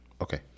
Okay